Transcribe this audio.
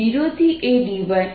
dl0adx0ady 1 x2આપશે